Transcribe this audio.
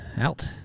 out